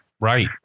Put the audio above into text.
Right